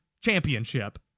championship